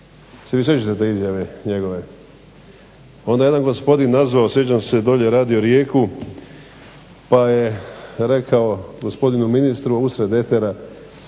se vi sjećate te izjave njegove? Onda je jedan gospodin nazvao, sjećam se dolje radio Rijeku, pa je rekao gospodinu ministru usred etera